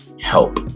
help